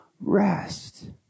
rest